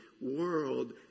world